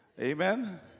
Amen